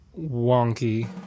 wonky